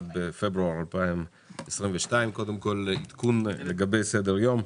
21 בפברואר 2022. קודם כל עדכון לגבי סדר-היום.